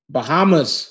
Bahamas